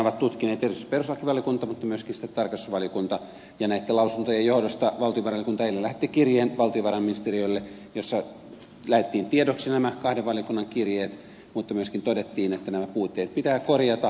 tätä asiaahan on tutkinut erityisesti perustuslakivaliokunta mutta myöskin tarkastusvaliokunta ja näitten lausuntojen johdosta valtiovarainvaliokunta eilen lähetti valtiovarainministeriölle kirjeen jossa lähetettiin tiedoksi nämä kahden valiokunnan kirjeet mutta myöskin todettiin että nämä puutteet pitää korjata